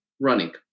running